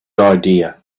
idea